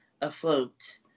afloat